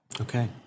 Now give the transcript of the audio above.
Okay